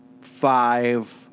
five